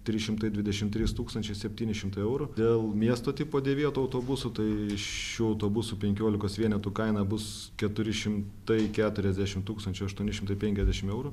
trys šimtai dvidešim trys tūkstančiai septyni šimtai eurų dėl miesto tipo dėvėtų autobusų tai šių autobusų penkiolikos vienetų kaina bus keturi šimtai keturiasdešim tūkstančių aštuoni šimtai penkiasdešim eurų